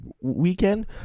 weekend